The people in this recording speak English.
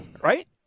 right